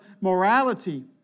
morality